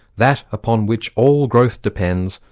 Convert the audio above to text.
that upon which all growth depends,